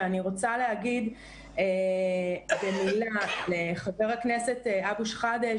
אני רוצה להגיד במילה לחבר הכנסת אבו שחאדה,